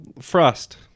Frost